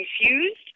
confused